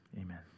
amen